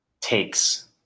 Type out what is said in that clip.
takes